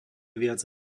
viac